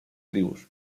tribus